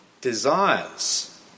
desires